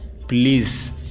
Please